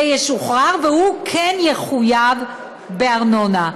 הוא כן יחויב בארנונה.